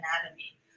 anatomy